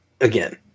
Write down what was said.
again